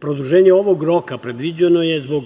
Produženje ovog roka predviđeno je zbog